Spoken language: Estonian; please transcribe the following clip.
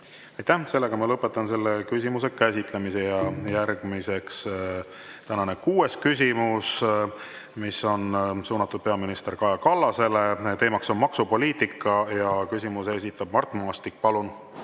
Aitäh! Lõpetan selle küsimuse käsitlemise. Järgnevalt tänane kuues küsimus, mis on suunatud peaminister Kaja Kallasele. Teema on maksupoliitika ja küsimuse esitab Mart Maastik. Palun!